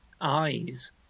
eyes